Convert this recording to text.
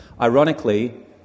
ironically